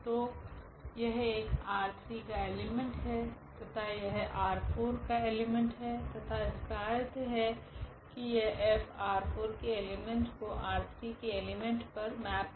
तो यह एक R3 का एलीमेंट् है तथा यह R4 का एलीमेंट् है तथा इसका अर्थ है की यह F R4 के एलीमेंट् को R3 के एलीमेंट् पर मैप करता है